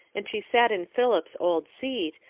and she sat in philip's old seat,